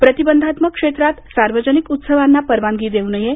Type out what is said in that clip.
प्रतिबंधात्मक क्षेत्रात सार्वजनिक उत्सवांना परवानगी देऊ नये